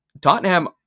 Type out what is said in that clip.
tottenham